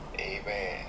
Amen